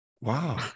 Wow